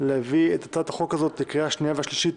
להביא את הצעת החוק הזאת בקריאה השנייה והשלישית